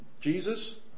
Jesus